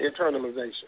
internalization